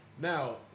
Now